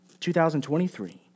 2023